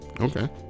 Okay